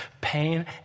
pain